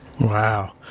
Wow